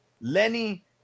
Lenny